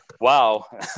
wow